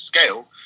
scale